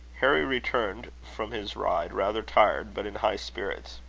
harry returned from his ride rather tired, but in high spirits.